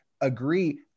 agree